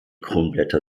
kronblätter